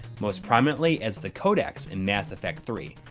most prominently as the codex in mass effect three.